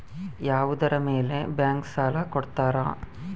ಯಾವುದರ ಮೇಲೆ ಬ್ಯಾಂಕ್ ಸಾಲ ಕೊಡ್ತಾರ?